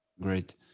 Great